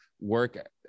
work